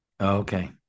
Okay